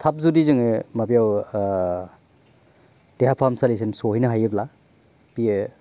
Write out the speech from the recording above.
थाब जुदि जोङो माबायाव ओ देहा फाहामसालिसिम सौहैनो हायोब्ला बेयो